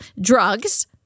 drugs